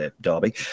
Derby